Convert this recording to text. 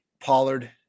Pollard